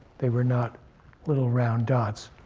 they were not little round dots.